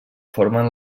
formen